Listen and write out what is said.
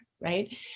right